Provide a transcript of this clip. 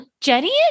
Jenny